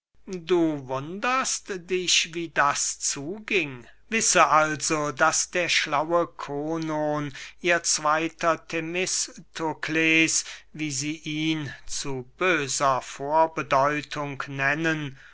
du wunderst dich wie das zuging wisse also daß der schlaue konon ihr zweyter themistokles wie sie ihn zu böser vorbedeutung nennen